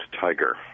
tiger